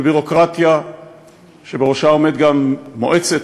מול ביורוקרטיה שבראשה עומדת גם מועצת,